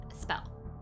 spell